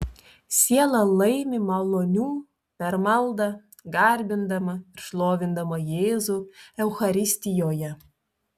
siela laimi malonių per maldą garbindama ir šlovindama jėzų eucharistijoje